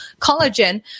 collagen